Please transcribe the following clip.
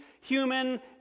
human